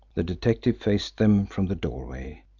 the detective faced them from the doorway.